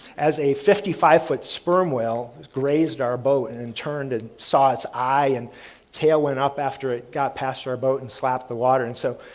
as a fifty five foot sperm whale grazed our bow and turned and saw its eye and tailwind up after it got past our boat and slap the water. so,